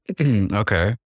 Okay